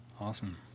Awesome